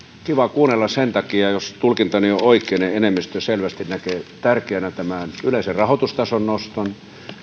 kiva kuunnella sen takia että jos tulkintani on oikea enemmistö selvästi näkee tärkeäksi tämän yleisen rahoitustason noston